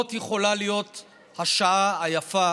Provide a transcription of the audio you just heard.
זאת יכולה להיות השעה היפה